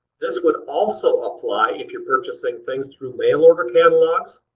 this would also apply if you're purchasing things through mail order catalogs,